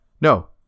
no